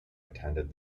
attended